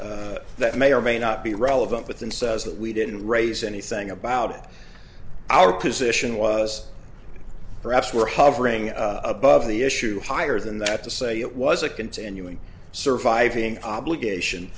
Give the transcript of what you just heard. release that may or may not be relevant but then says that we didn't raise anything about our position was perhaps were hovering above the issue higher than that to say it was a continuing surviving obligation